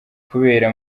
kubera